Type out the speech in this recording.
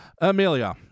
amelia